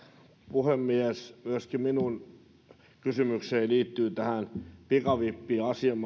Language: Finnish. puhemies myöskin minun kysymykseni liittyy tähän pikavippiasiaan